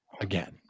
again